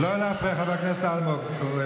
כולם צועקים, אז, לא להפריע, חבר הכנסת אלמוג.